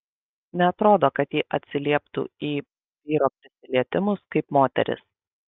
neatrodo kad ji atsilieptų į vyro prisilietimus kaip moteris